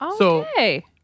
okay